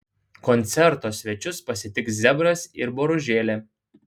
koncerto svečius pasitiks zebras ir boružėlė